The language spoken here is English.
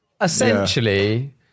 Essentially